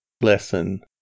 lesson